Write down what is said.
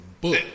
book